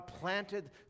planted